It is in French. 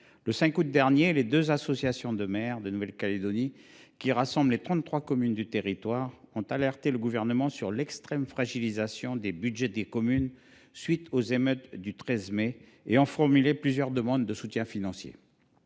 Le 5 août dernier, les deux associations de maires de Nouvelle Calédonie, qui rassemblent les 33 communes du territoire, ont alerté le Gouvernement sur l’extrême fragilisation des budgets des communes à la suite des émeutes du 13 mai et ont formulé plusieurs demandes de soutien financier.